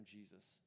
Jesus